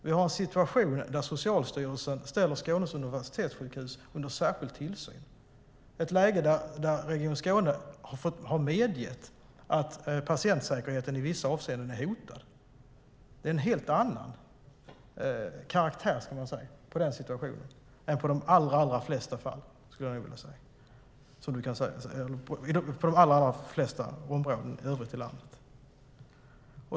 Vi har en situation där Socialstyrelsen ställer Skånes universitetssjukhus under särskild tillsyn. Vi har ett läge där Region Skåne har medgett att patientsäkerheten i vissa avseenden är hotad. Det är en helt annan karaktär på den situationen än på de flesta andra i olika områden i landet i övrigt.